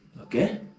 Okay